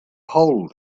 hole